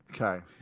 Okay